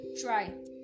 try